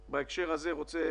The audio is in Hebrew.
אני רוצה